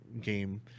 game